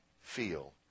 feel